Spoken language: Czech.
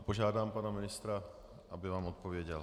Požádám pana ministra, aby vám odpověděl.